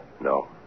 No